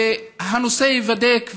הנושא ייבדק,